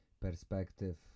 perspective